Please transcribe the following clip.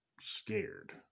scared